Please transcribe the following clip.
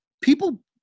people